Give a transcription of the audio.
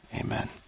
Amen